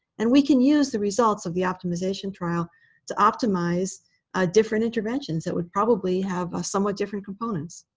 and we can use the results of the optimization trial to optimize ah different interventions that would probably have somewhat different components.